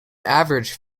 average